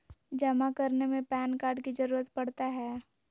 जमा करने में पैन कार्ड की जरूरत पड़ता है?